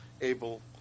able